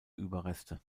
überreste